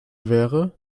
wäre